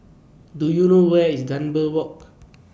Do YOU know Where IS Dunbar Walk